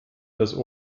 das